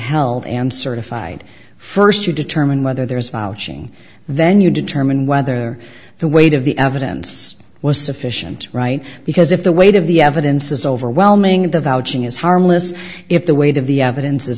held and certified first to determine whether there is vouching then you determine whether the weight of the evidence was sufficient right because if the weight of the evidence is overwhelming and the vouching is harmless if the weight of the evidence is